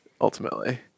ultimately